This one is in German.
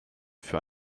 für